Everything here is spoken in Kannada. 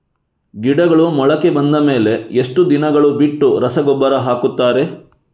ಗಿಡಗಳು ಮೊಳಕೆ ಬಂದ ಮೇಲೆ ಎಷ್ಟು ದಿನಗಳು ಬಿಟ್ಟು ರಸಗೊಬ್ಬರ ಹಾಕುತ್ತಾರೆ?